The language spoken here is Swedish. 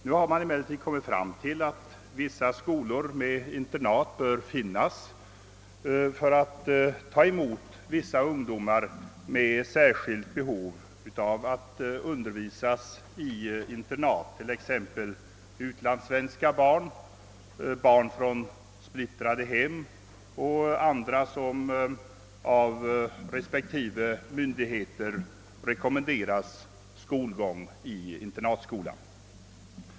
Nu har man emellertid kommit fram till att det bör finnas vissa internatskolor för att ta emot ungdomar med särskilt stort behov av att undervisas i internat, t.ex. utlandssvenskars barn, barn från splittrade hem och andra som av respektive myndigheter rekommenderats skolgång i internatskola.